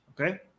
okay